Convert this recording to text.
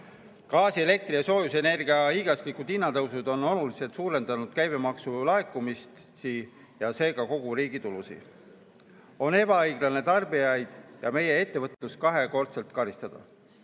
Gaasi, elektri ja soojusenergia hinna hiiglaslikud tõusud on oluliselt suurendanud käibemaksu laekumist ja seega kogu riigi tulusid. On ebaõiglane tarbijaid ja meie ettevõtlust kahekordselt karistada: